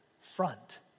front